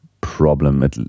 problem